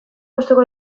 gustuko